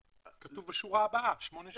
--- כתוב בשורה הבאה, שמונה שנים.